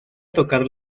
tocar